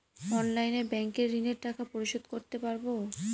অনলাইনে ব্যাংকের ঋণের টাকা পরিশোধ করতে পারবো?